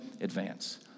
advance